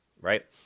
right